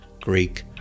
Greek